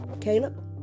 Caleb